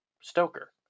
Stoker